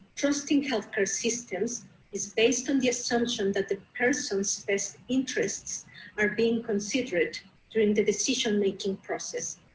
trust in healthcare systems is based on the assumption that the person's best interests are being considered during the decision-making process.